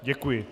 Děkuji.